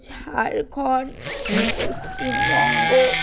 Jharkhand Paschimbanga